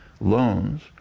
loans